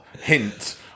hint